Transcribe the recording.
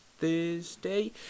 Thursday